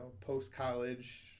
post-college